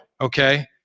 Okay